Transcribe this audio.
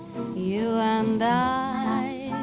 you and i